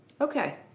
Okay